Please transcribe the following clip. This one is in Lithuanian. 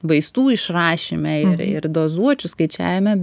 vaistų išrašyme ir ir dozuočių skaičiavime